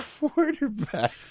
quarterback